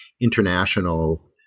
international